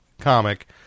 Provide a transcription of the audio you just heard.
comic